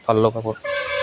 ভাল লগা